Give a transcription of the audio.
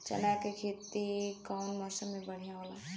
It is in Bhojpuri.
चना के खेती कउना मौसम मे बढ़ियां होला?